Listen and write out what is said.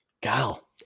Gal